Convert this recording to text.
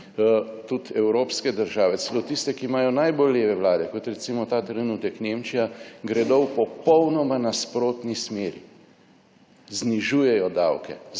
Tudi evropske države, celo tiste, ki imajo najbolj leve vlade, kot recimo ta trenutek Nemčija, gredo v popolnoma nasprotni smeri, znižujejo davke